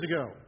ago